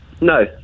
No